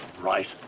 right.